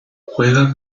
juega